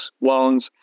loans